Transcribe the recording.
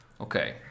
Okay